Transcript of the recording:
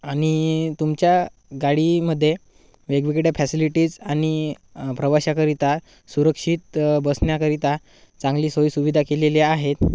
आणि तुमच्या गाडीमध्ये वेगवेगळ्या फॅसिलिटीज आणि प्रवाशाकरिता सुरक्षित बसण्याकरिता चांगली सोयसुविधा केलेली आहेत